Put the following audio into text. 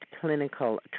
clinical